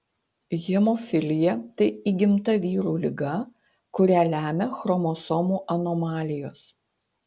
hemofilija tai įgimta vyrų liga kurią lemia chromosomų anomalijos